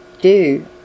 Do